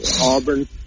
Auburn